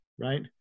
right